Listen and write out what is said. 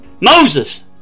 Moses